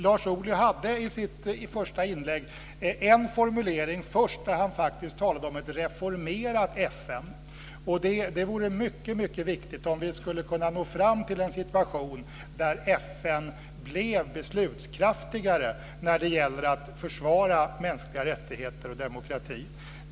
Lars Ohly hade i sitt första inlägg en formulering där han talade om ett reformerat FN. Det vore mycket viktigt om vi skulle kunna nå fram till den situation där FN blev beslutskraftigare när det gäller att försvara mänskliga rättigheter och demokrati.